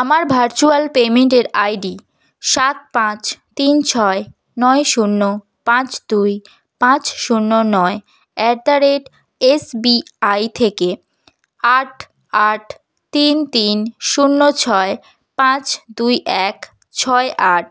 আমার ভার্চুয়াল পেইমেন্টের I D সাত পাঁচ তিন ছয় নয় শূন্য পাঁচ দুই পাঁচ শূন্য নয় at the rate S B I থেকে আট আট তিন তিন শূন্য ছয় পাঁচ দুই এক ছয় আট